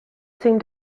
seemed